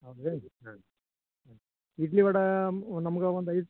ಹೌದೇನು ಹಾಂ ಹಾಂ ಇಡ್ಲಿ ವಡೆ ಒಂದು ನಮ್ಗೆ ಒಂದು ಐದು